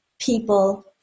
people